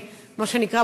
מה שנקרא,